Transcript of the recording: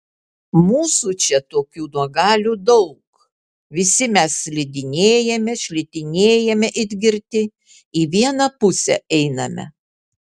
mūsų čia tokių nuogalių daug visi mes slidinėjame šlitinėjame it girti į vieną pusę einame